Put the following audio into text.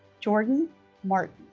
jordan martin